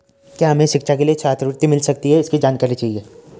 क्या हमें शिक्षा के लिए छात्रवृत्ति मिल सकती है इसकी जानकारी चाहिए?